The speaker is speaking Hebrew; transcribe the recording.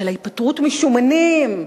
של ההתפטרות משומנים,